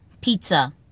Pizza